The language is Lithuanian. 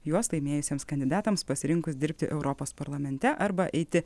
juos laimėjusiems kandidatams pasirinkus dirbti europos parlamente arba eiti